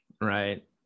right